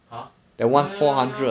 !huh! ya ya ya ya